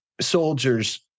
soldiers